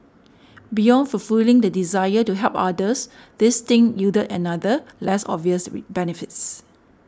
beyond fulfilling the desire to help others this stint yielded another less obvious re benefits